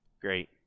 Great